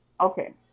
Okay